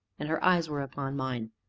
and her eyes were upon mine.